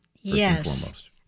Yes